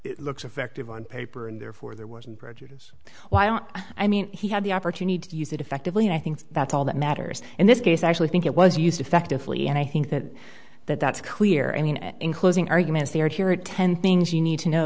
it looks effective on paper and therefore there wasn't burgess i mean he had the opportunity to use it effectively and i think that's all that matters in this case i actually think it was used effectively and i think that that that's clear i mean in closing arguments there are ten things you need to know